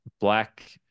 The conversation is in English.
black